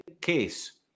case